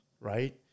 right